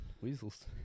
Weasels